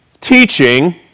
teaching